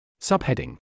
Subheading